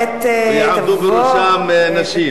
ויעמדו בראשן נשים.